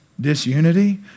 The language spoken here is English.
disunity